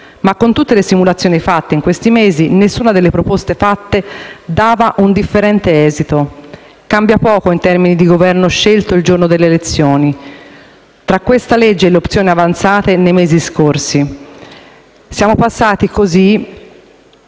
Ma, con tutte le simulazioni fatte in questi mesi, nessuna delle proposte fatte dava un differente esito. Cambia poco, in termini di «Governo scelto il giorno delle elezioni», tra questa legge e le opzioni avanzate nei mesi scorsi. Siamo passati da